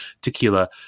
tequila –